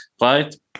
right